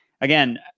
Again